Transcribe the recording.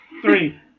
Three